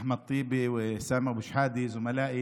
אחמד טיבי וסמי אבו שחאדה, (אומר בערבית: